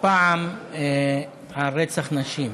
הפעם רצח נשים.